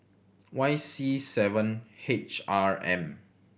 Y C seven H R M